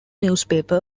newspaper